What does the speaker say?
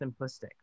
simplistic